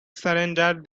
surrender